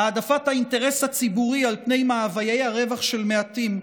העדפת האינטרס הציבורי על פני מאוויי הרווח של מעטים,